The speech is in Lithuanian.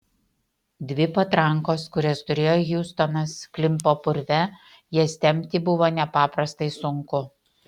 dvi patrankos kurias turėjo hiustonas klimpo purve jas tempti buvo nepaprastai sunku